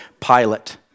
Pilate